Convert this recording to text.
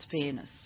fairness